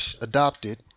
adopted